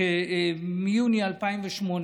מיוני 2008,